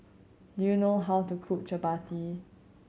do you know how to cook Chapati